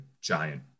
giant